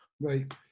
Right